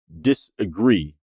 disagree